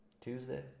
Tuesday